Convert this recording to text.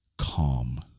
calm